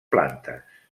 plantes